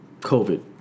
COVID